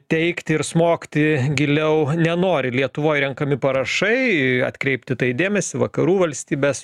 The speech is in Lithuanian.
teikti ir smogti giliau nenori lietuvoj renkami parašai atkreipti dėmesį vakarų valstybes